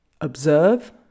observe